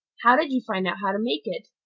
how did you find out how to make it?